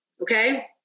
Okay